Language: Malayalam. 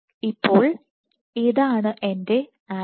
ഇപ്പോൾ ഇതാണ് എൻറെ ആക്റ്റിൻ